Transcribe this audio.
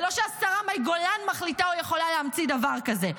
זה לא שהשרה מאי גולן מחליטה או יכולה להמציא דבר כזה.